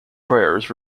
prayers